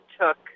took